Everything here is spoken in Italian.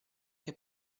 che